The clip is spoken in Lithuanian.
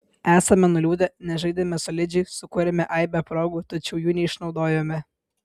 esame nuliūdę nes žaidėme solidžiai sukūrėme aibę progų tačiau jų neišnaudojome